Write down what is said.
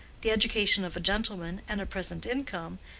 the education of a gentleman, and a present income,